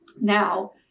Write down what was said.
Now